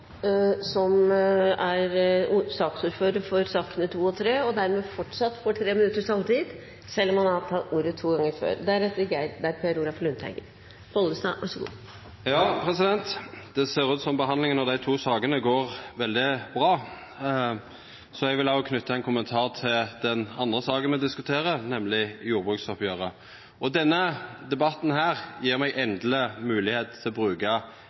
som sikrer den gode utviklingen i landbruket. Det ser ut som om behandlinga av dei to sakene går veldig bra, så eg vil knyta ein kommentar til den første saka vi diskuterer, nemleg jordbruksoppgjeret. Denne debatten gjev meg endeleg moglegheit til å bruka